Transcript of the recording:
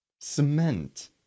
Cement